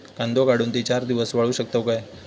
कांदो काढुन ती चार दिवस वाळऊ शकतव काय?